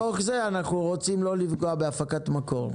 בתוך זה אנחנו רוצים לא לפגוע בהפקות מקור,